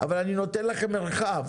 אבל אני נותן לכם מרחב.